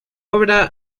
obra